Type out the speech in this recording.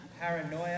paranoia